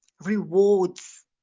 rewards